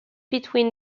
between